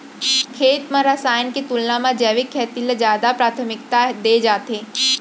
खेत मा रसायन के तुलना मा जैविक खेती ला जादा प्राथमिकता दे जाथे